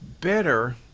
better